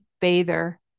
bather